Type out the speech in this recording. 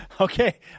Okay